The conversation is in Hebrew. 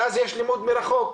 ואז יש לימוד מרחוק.